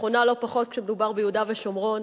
ונכונה לא פחות כשמדובר ביהודה ושומרון.